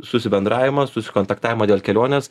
susibendravimą susikontaktavimą dėl kelionės